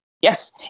Yes